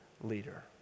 leader